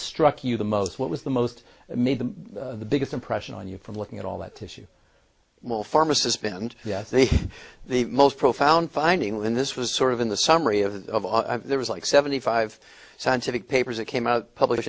struck you the most what was the most made the biggest impression on you from looking at all that tissue pharmacist been and yet the the most profound finding when this was sort of in the summary of there was like seventy five scientific papers that came out publish